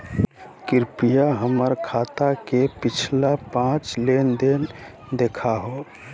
कृपया हमर खाता के पिछला पांच लेनदेन देखाहो